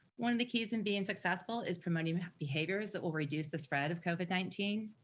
one of the keys in being successful is promoting behaviors that will reduce the spread of covid nineteen.